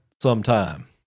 sometime